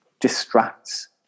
distracts